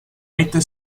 united